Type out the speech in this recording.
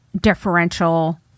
differential